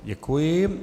Děkuji.